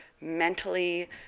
mentally